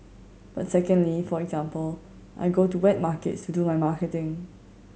but secondly for example I go to wet markets to do my marketing